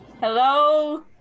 Hello